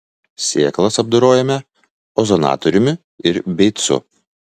sėklas apdorojome ozonatoriumi ir beicu